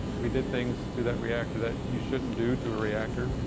we did things to that reactor that you shouldn't do to a reactor,